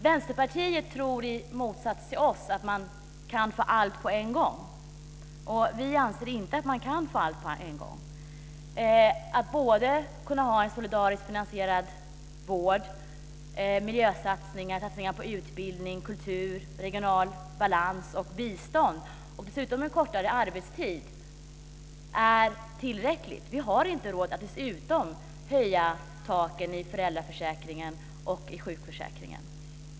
Vänsterpartiet tror i motsats till oss att man kan få allt på en gång. Vi anser inte att man kan få allt på en gång. Att kunna ha både en solidariskt finansierad vård, satsningar på miljö, utbildning, kultur, regional balans och bistånd och dessutom en kortare arbetstid är tillräckligt. Vi har inte råd att dessutom höja taken i föräldra och sjukförsäkringen.